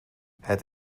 het